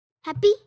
Happy